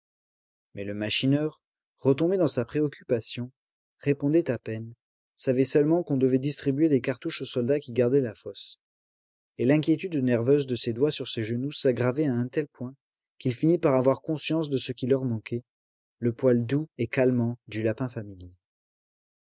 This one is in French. mais le machineur retombé dans sa préoccupation répondait à peine savait seulement qu'on devait distribuer des cartouches aux soldats qui gardaient la fosse et l'inquiétude nerveuse de ses doigts sur ses genoux s'aggravait à un tel point qu'il finit par avoir conscience de ce qui leur manquait le poil doux et calmant du lapin familier